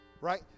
right